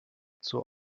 zur